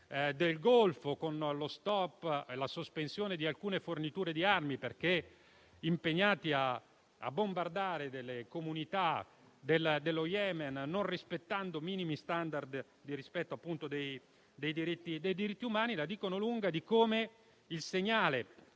del Golfo, con lo stop e la sospensione di alcune forniture di armi perché impegnati a bombardare delle comunità dello Yemen senza *standard* minimi di rispetto dei diritti umani, la dicono lunga sul segnale